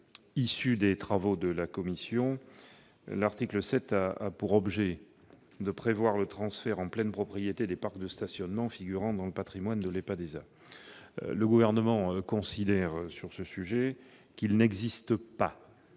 issue des travaux de la commission, l'article 7 prévoit le transfert en pleine propriété des parcs de stationnement figurant dans le patrimoine de l'EPADESA. Le Gouvernement considère qu'il n'existe pas